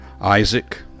Isaac